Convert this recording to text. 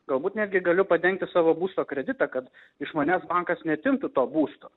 galbūt netgi galiu padengti savo būsto kreditą kad iš manęs bankas neatimtų to būsto